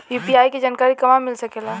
UPI के जानकारी कहवा मिल सकेले?